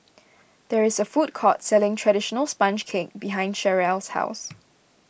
there is a food court selling Traditional Sponge Cake behind Cherrelle's house